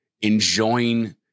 enjoying